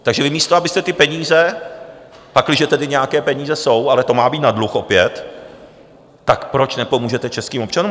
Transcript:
Takže vy, místo abyste ty peníze, pakliže tedy nějaké peníze jsou, ale to má být opět na dluh, tak proč nepomůžete českým občanům?